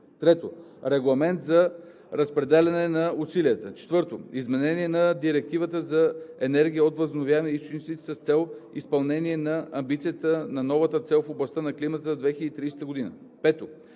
3. Регламент за разпределяне на усилията. 4. Изменение на Директивата за енергията от възобновяеми източници с цел изпълнение на амбицията на новата цел в областта на климата за 2030 г.